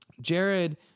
Jared